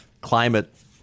climate